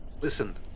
Listen